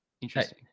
interesting